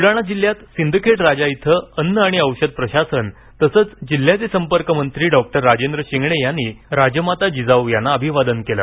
बुलडाणा जिल्ह्यात सिंदखेड राजा इथं अन्न आणि औषध प्रशासन तसंच जिल्ह्याचे संपर्कमंत्री डॉक्टर राजेंद्र शिंगणे यांनी राजमाता जिजाऊ यांना अभिवादन केलं